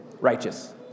righteous